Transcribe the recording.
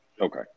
Okay